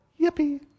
yippee